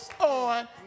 on